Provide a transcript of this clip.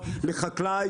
יש כמה חלופות,